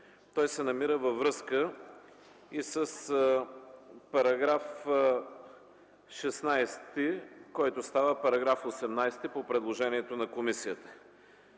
Той се намира във връзка и с § 16, който става § 18 по предложението на комисията.